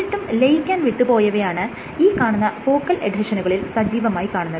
എന്നിട്ടും ലയിക്കാൻ വിട്ടുപോയവയാണ് ഈ കാണുന്ന ഫോക്കൽ എഡ്ഹെഷനുകളിൽ സജീവമായി കാണുന്നത്